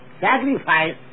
sacrifice